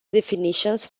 definitions